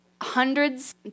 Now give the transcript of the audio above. hundreds